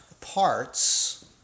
parts